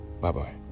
Bye-bye